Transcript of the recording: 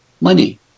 money